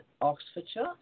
Oxfordshire